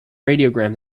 radiogram